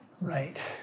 Right